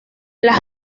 las